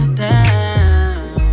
down